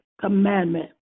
commandment